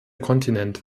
kontinent